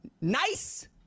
nice